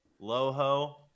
Loho